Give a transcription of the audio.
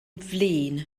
flin